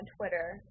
Twitter